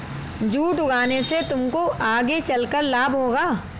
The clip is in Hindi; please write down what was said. जूट उगाने से तुमको आगे चलकर लाभ होगा